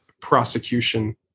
prosecution